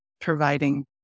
providing